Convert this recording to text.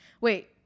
Wait